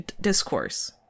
discourse